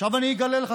עכשיו אני אגלה לך,